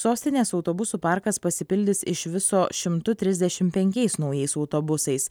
sostinės autobusų parkas pasipildys iš viso šimtu trisdešim penkiais naujais autobusais